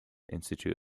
institute